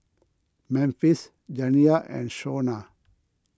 Memphis Janiah and Shona